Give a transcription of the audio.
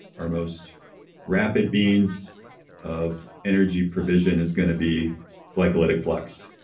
our most rapid means of energy provision is going to be glycolytic flux,